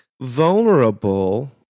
vulnerable